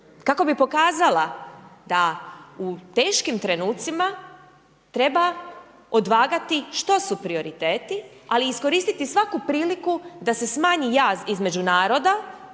kako bi pokazala da u teškim trenucima treba odvagati što su prioriteti, ali iskoristiti svaku priliku da se smanji jaz između naroda